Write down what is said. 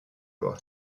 loi